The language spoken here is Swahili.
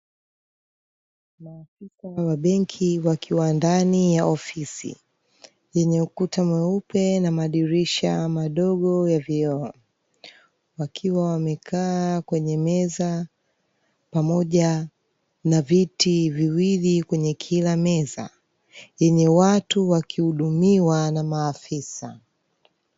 Maafisa wa benki wakiwa ndani ya ofisi, yenye ukuta mweupe na madirisha madogo ya vioo, wakiwa wamekaa kwenye meza pamoja na viti viwili kwenye kila meza, yenye watu wakihudumiwa na maafisa.